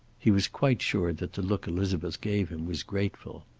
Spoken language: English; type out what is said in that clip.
he was quite sure that the look elizabeth gave him was grateful.